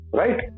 right